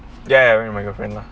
ya with my girlfriend lah